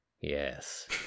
yes